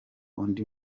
undi